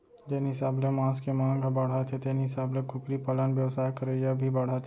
जेन हिसाब ले मांस के मांग ह बाढ़त हे तेन हिसाब ले कुकरी पालन बेवसाय करइया भी बाढ़त हें